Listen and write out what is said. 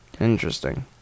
Interesting